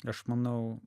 aš manau